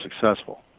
successful